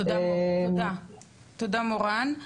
תודה, מורן.